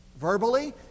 verbally